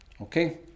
Okay